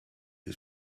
who